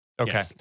okay